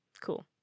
cool